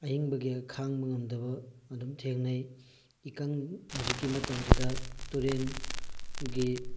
ꯑꯌꯤꯡꯕꯒꯤ ꯈꯥꯡꯕ ꯉꯝꯗꯕ ꯑꯗꯨꯝ ꯊꯦꯡꯅꯩ ꯏꯀꯪ ꯍꯧꯖꯤꯛꯀꯤ ꯃꯇꯝꯁꯤꯗ ꯇꯨꯔꯦꯟ ꯒꯤ